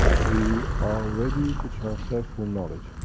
we are ready to transfer full knowledge,